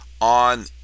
on